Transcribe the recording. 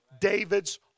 David's